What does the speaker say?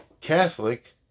Catholic